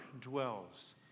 dwells